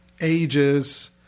ages